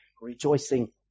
rejoicing